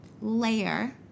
layer